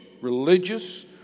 religious